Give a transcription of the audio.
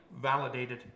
validated